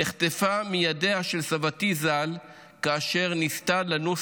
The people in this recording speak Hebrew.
נחטפה מידיה של סבתי ז"ל כאשר ניסתה לנוס